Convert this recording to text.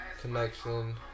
connection